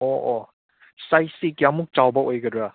ꯑꯣ ꯑꯣ ꯁꯥꯏꯖꯁꯤ ꯀꯌꯥꯃꯨꯛ ꯆꯥꯎꯕ ꯑꯣꯏꯒꯗ꯭ꯔꯥ